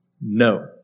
No